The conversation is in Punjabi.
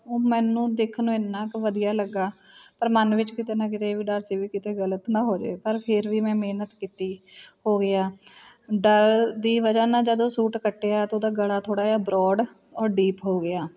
ਉਹ ਮੈਨੂੰ ਦੇਖਣ ਨੂੰ ਇੰਨਾਂ ਕੁ ਵਧੀਆ ਲੱਗਾ ਪਰ ਮਨ ਵਿੱਚ ਕਿਤੇ ਨਾ ਕਿਤੇ ਇਹ ਵੀ ਡਰ ਸੀ ਵੀ ਕਿਤੇ ਗਲਤ ਨਾ ਹੋ ਜੇ ਪਰ ਫਿਰ ਵੀ ਮੈਂ ਮਿਹਨਤ ਕੀਤੀ ਹੋ ਗਿਆ ਡਰ ਦੀ ਵਜ੍ਹਾ ਨਾਲ ਜਦੋਂ ਸੂਟ ਕੱਟਿਆ ਤਾਂ ਉਹਦਾ ਗਲਾ ਥੋੜ੍ਹਾ ਜਿਹਾ ਬਰੋਡ ਔਰ ਡੀਪ ਹੋ ਗਿਆ